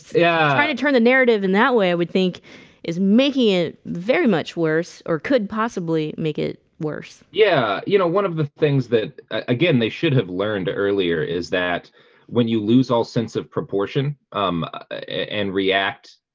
yeah trying to turn the narrative in that way. i would think is making it very much worse or could possibly make it worse yeah, you know one of the things that again they they should have learned earlier is that when you lose all sense of proportion, um and react